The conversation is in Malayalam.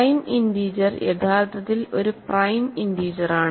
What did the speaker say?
പ്രൈം ഇൻറിജർ യഥാർത്ഥത്തിൽ ഒരു പ്രൈം ഇൻറിജറാണ്